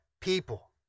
people